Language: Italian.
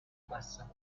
bassa